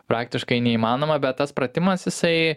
praktiškai neįmanoma bet tas pratimas jisai